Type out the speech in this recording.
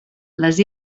les